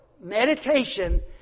meditation